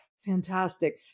Fantastic